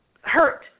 hurt